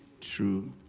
true